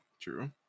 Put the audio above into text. true